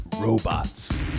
robots